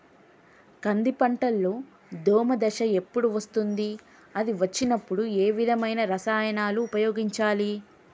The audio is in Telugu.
కంది పంటలో దోమ దశ ఎప్పుడు వస్తుంది అది వచ్చినప్పుడు ఏ విధమైన రసాయనాలు ఉపయోగించాలి?